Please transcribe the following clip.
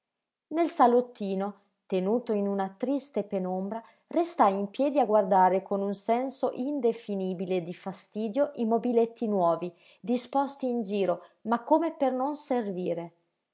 nel salottino tenuto in una triste penombra restai in piedi a guardare con un senso indefinibile di fastidio i mobiletti nuovi disposti in giro ma come per non servire